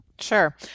Sure